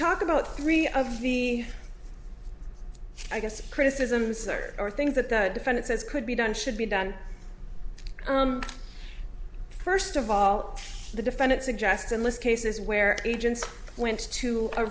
talk about three of the i guess criticisms there are things that the defendant says could be done should be done first of all the defendant suggested list cases where agents went to a